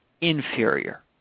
inferior